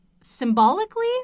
symbolically